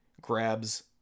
grabs